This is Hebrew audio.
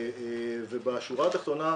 בשורה התחתונה,